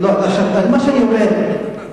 לכן מה שאני אומר,